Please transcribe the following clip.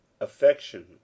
affection